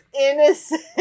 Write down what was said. innocent